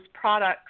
products